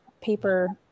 paper